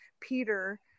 Peter